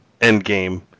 Endgame